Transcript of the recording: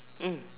mm